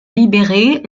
libérer